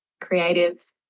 creative